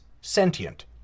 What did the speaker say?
sentient